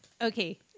Okay